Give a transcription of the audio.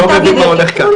אני לא מבין מה הולך כאן.